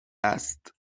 است